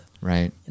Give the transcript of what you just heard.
Right